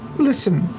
listen,